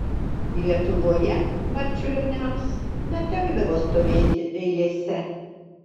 lietuvoje marčiulioniams netekdavo stovėti eilėse